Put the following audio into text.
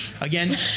again